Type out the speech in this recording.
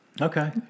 Okay